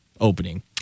opening